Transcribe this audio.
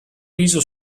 viso